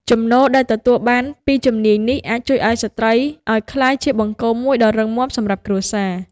ចំណូលដែលទទួលបានពីជំនាញនេះអាចជួយស្ត្រីឱ្យក្លាយជាបង្គោលមួយដ៏រឹងមាំសម្រាប់គ្រួសារ។